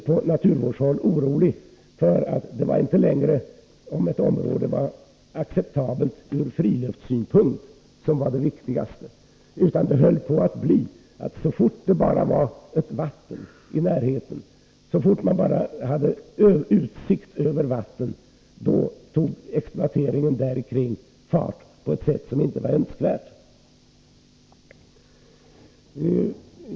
På naturvårdshåll blev man orolig för att det viktigaste inte längre skulle vara att ett område var acceptabelt ur friluftssynpunkt. Det höll på att bli så, att så snart det fanns ett vatten inom ett område, så snart man hade utsikt över ett vatten, tog exploateringen fart på ett sätt som inte var önskvärt.